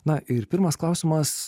na ir pirmas klausimas